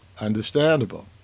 Understandable